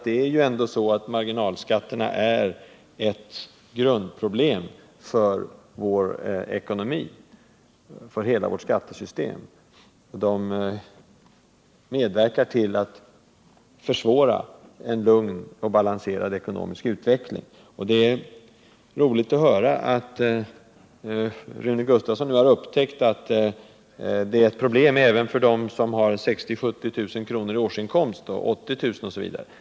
Det är ju ändå så att marginalskatterna är ett grundproblem för vår ekonomi och för hela vårt skattesystem. De medverkar till att försvåra en lugn och balanserad utveckling. Det är roligt att höra att Rune Gustavsson nu har upptäckt att marginalskatterna är ett problem även för dem som har 60 000, 70 000 och 80 000 kr. i årsinkomst.